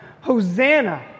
Hosanna